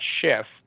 shift